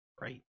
Right